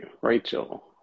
Rachel